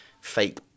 fake